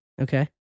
Okay